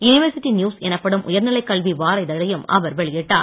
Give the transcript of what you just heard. university news எனப்படும் உயர்நிலை கல்வி வார இதழையும் அவர் வெளியிட்டார்